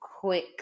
quick